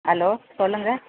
hello சொல்லுங்க